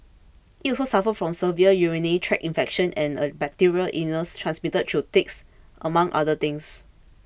it also suffered from severe urinary tract infection and a bacterial illness transmitted through ticks among other things